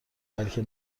بلکه